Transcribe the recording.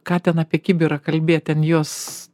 ką ten apie kibirą kalbėt ten jos